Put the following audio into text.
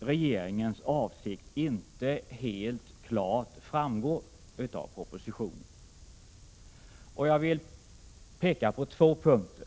Regeringens avsikt framgår inte helt klart. Jag vill peka på två punkter.